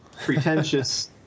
pretentious